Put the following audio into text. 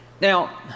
Now